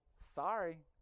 sorry